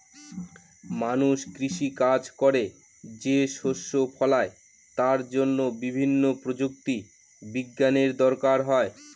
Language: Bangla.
মানুষ কৃষি কাজ করে যে শস্য ফলায় তার জন্য বিভিন্ন প্রযুক্তি বিজ্ঞানের দরকার হয়